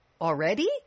already